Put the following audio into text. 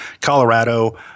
Colorado